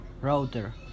router